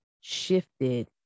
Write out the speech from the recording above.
shifted